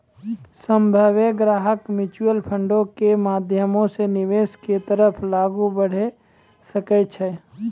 सभ्भे ग्राहक म्युचुअल फंडो के माध्यमो से निवेश के तरफ आगू बढ़ै सकै छै